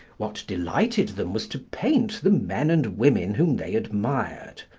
what delighted them was to paint the men and women whom they admired,